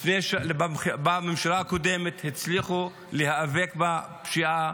בממשלה הקודמת הצליחו להיאבק בפשיעה.